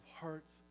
hearts